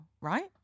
right